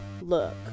look